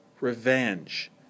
Revenge